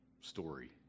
story